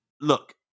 Look